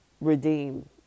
redeem